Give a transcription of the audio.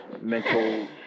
mental